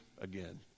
again